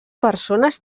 persones